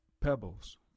pebbles